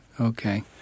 Okay